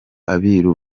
abiru